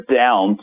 down